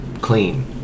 clean